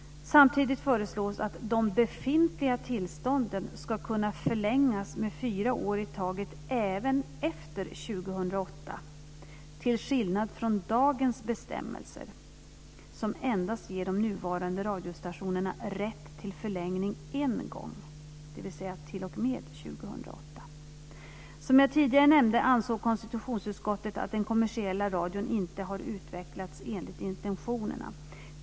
Samtidigt föreslås att de befintliga tillstånden ska kunna förlängas med fyra år i taget även efter 2008, till skillnad från dagens bestämmelser som ger de nuvarande radiostationerna rätt till förlängning endast en gång, dvs. t.o.m. 2008. Som jag tidigare nämnde ansåg konstitutionsutskottet att den kommersiella radion inte har utvecklats enligt intentionerna.